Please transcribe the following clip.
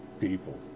people